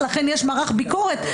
לכן יש מערך ביקורת.